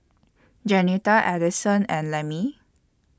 Jeanetta Addison and Lemmie